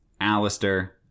Alistair